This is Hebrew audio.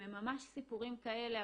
הם ממש סיפורים כאלה,